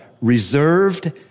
reserved